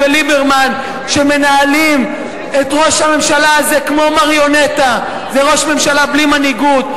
זה ראש ממשלה בלי מנהיגות.